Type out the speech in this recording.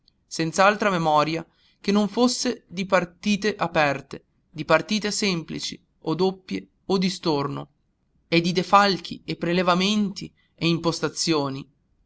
computista senz'altra memoria che non fosse di partite aperte di partite semplici o doppie o di storno e di defalchi e prelevamenti e impostazioni